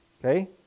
Okay